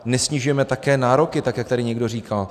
Nesnižujeme také nároky, jak tady někdo říkal.